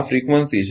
આ ફ્રીકવંસી છે